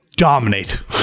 Dominate